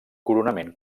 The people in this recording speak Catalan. coronament